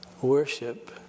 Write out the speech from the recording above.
Worship